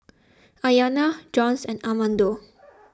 Ayana Jones and Armando